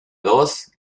dos